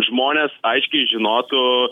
žmonės aiškiai žinotų